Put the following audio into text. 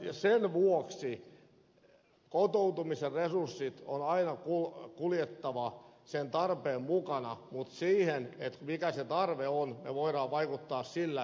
sen vuoksi kotoutumisen resurssien on aina kuljettava sen tarpeen mukana mutta siihen mikä se tarve on me voimme vaikuttaa sillä minkälaista turvapaikkapolitiikkaa me harjoitamme